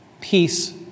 Peace